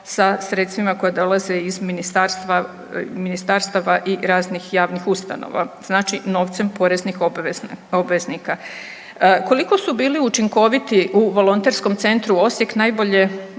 sa sredstvima koja dolaze iz ministarstava i raznih javnih ustanova. Znači novcem poreznih obveznika. Koliko su bili učinkoviti u Volonterskom centru Osijek najbolje